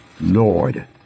Lord